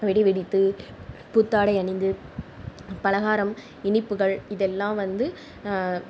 வெடி வெடித்து புத்தாடை அணிந்து பலகாரம் இனிப்புகள் இதெல்லாம் வந்து